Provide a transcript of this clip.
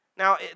Now